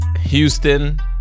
houston